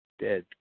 dead